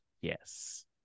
Yes